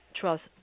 trust